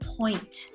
point